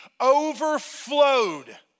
overflowed